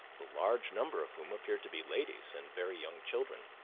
the larger number of whom appeared to be ladies and very young children